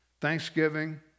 Thanksgiving